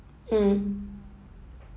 mm